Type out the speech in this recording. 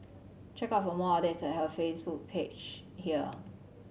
check out for more updates at her Facebook page here